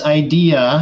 idea